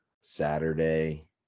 Saturday